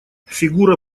фигура